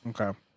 okay